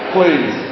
Please